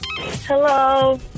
Hello